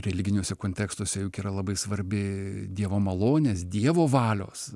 religiniuose kontekstuose juk yra labai svarbi dievo malonės dievo valios